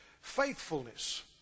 faithfulness